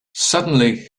suddenly